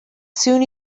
soon